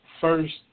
First